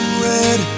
red